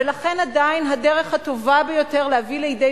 ולכן עדיין הדרך הטובה ביותר להביא לידי